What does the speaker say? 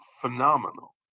phenomenal